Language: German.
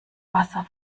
wasser